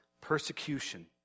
persecution